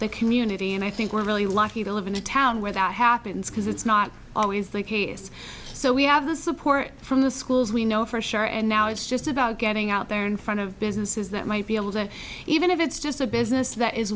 the community and i think we're really lucky to live in a town where that happens because it's not always the case so we have the support from the schools we know for sure and now it's just about getting out there in front of businesses that might be able to even if it's just a business that is